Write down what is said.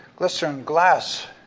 glycerin glass,